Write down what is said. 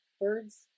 birds